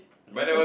that's why